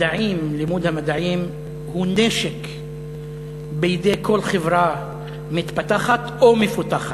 לימוד המדעים הוא נשק בידי כל חברה מתפתחת או מפותחת.